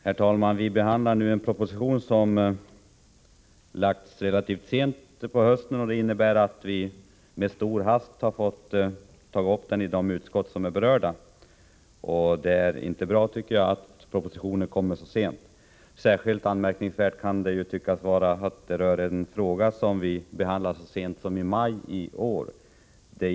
Herr talman! Vi behandlar nu en proposition som framlades relativt sent i höstas. Det innebär att den har fått behandlas av berörda utskott i stor hast. Jag tycker inte det är bra att propositionen kommer till kammaren så sent. Särskilt anmärkningsvärt kan det tyckas vara, eftersom propositionen berör en fråga som vi behandlade så sent som i maj detta år.